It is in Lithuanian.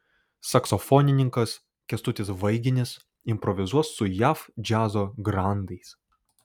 saksofonininkas kęstutis vaiginis improvizuos su jav džiazo grandais